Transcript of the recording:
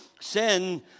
sin